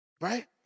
Right